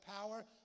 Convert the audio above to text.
power